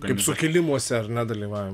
kaip sukilimuose ar ne dalyvavo